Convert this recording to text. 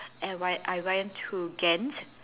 and why I went to Ghent